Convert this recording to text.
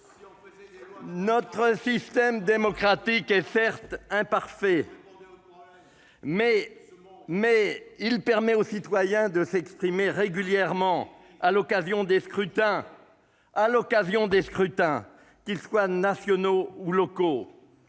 Notre système démocratique est certes imparfait, mais il permet aux citoyens de s'exprimer régulièrement à l'occasion des scrutins, qu'ils soient nationaux ou locaux.